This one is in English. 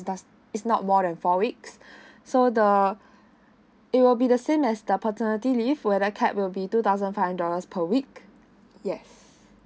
it does it's not more than four weeks so the it will be the same as the paternity leave where the cap will be two thousand five dollars per week yes